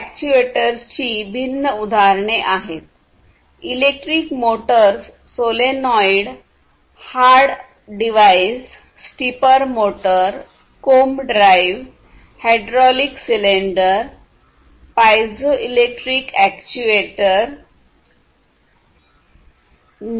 ही अॅक्ट्युएटर्सची भिन्न उदाहरणे आहेत electric motors solenoid valve hard drives stepper motor comb drive hydraulic cylinder piezoelectric actuator pneumatic actuators